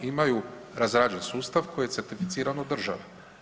Imaju razrađen sustav koji je certificiran od države.